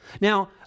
Now